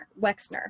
Wexner